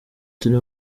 turi